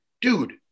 dude